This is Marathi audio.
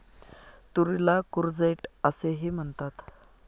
तुरीला कूर्जेट असेही म्हणतात